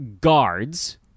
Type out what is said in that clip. guards